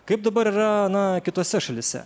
kaip dabar yra na kitose šalyse